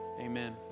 amen